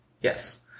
Yes